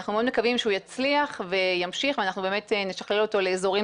אנחנו מאוד מקווים שהוא יצליח וימשיך ואנחנו באמת נשכלל אותו לאזורים